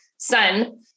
son